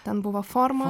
ten buvo forma